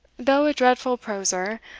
though a dreadful proser,